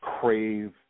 crave